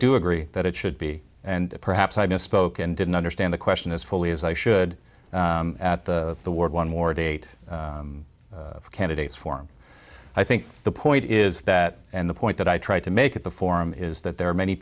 do agree that it should be and perhaps i misspoke and didn't understand the question as fully as i should at the the word one more date candidates form i think the point is that the point that i tried to make at the forum is that there are many